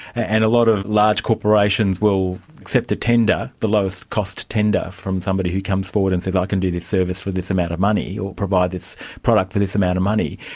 and a lot of large corporations will accept a tender, the lowest-cost tender from somebody who comes forward and says i can do this service for this amount of money, or provide this product for this amount of money.